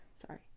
Sorry